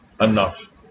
enough